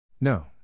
No